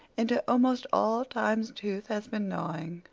into almost all time's tooth has been gnawing,